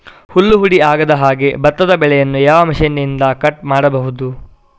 ಹುಲ್ಲು ಹುಡಿ ಆಗದಹಾಗೆ ಭತ್ತದ ಬೆಳೆಯನ್ನು ಯಾವ ಮಿಷನ್ನಿಂದ ಕಟ್ ಮಾಡಬಹುದು?